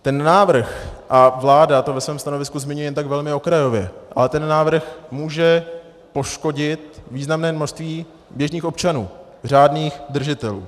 Ten návrh, a vláda to ve svém stanovisku zmiňuje jen tak velmi okrajově, může poškodit významné množství běžných občanů, řádných držitelů.